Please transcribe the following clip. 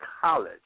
College